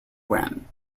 win